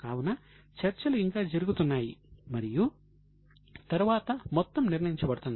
కావున చర్చలు ఇంకా జరుగుతున్నాయి మరియు తరువాత మొత్తం నిర్ణయించబడుతుంది